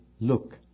look